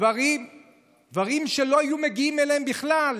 דברים שלא היו מגיעים אליהם בכלל.